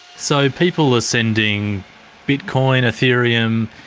so people are sending bitcoin, ethereum,